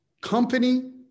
company